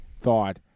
thought